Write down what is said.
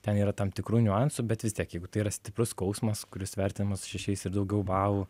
ten yra tam tikrų niuansų bet vis tiek jeigu tai yra stiprus skausmas kuris vertinamas šešiais ir daugiau balų